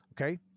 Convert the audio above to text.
okay